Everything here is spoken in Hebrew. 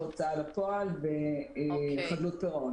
הוצאה לפועל וחדלות פירעון.